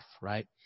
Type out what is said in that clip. right